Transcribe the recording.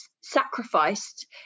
sacrificed